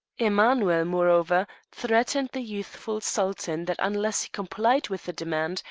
emanuel, moreover, threatened the youthful sultan that unless he complied with the demand,